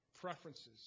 preferences